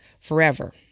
forever